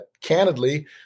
candidly